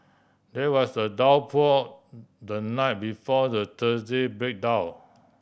there was a downpour the night before the Thursday breakdown